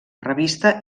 revista